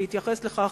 והתייחס לכך